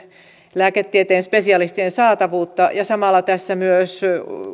lääketieteen spesialistien saatavuutta ja samalla tässä